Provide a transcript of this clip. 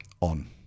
On